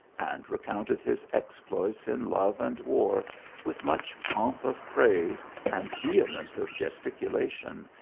and recounted his exploits in love and war with much pomp of praise and vehemence of gesticulation,